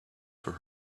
for